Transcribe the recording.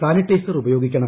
sanitiser ഉപയോഗിക്കണം